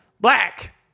Black